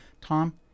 Tom